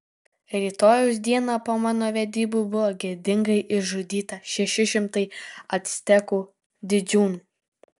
rytojaus dieną po mano vedybų buvo gėdingai išžudyta šeši šimtai actekų didžiūnų